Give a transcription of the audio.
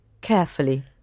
carefully